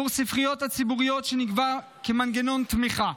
בעבור הספריות הציבוריות, שנקבע כמנגנון תמיכה.